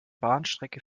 bahnstrecke